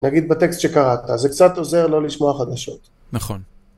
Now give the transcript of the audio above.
נגיד בטקסט שקראת, זה קצת עוזר לא לשמוע חדשות. נכון.